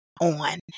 on